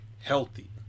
healthy